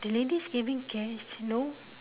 the lady's giving cash no